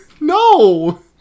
no